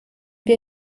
wir